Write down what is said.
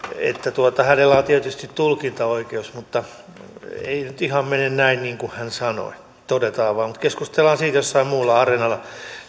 hänellä on tietysti tulkintaoikeus mutta ei nyt ihan mene näin niin kuin hän sanoi todetaan vain mutta keskustellaan siitä jossain muulla areenalla